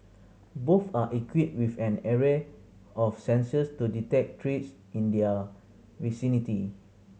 both are equipped with an array of sensors to detect threats in their vicinity